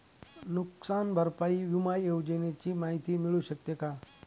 नुकसान भरपाई विमा योजनेची माहिती मिळू शकते का?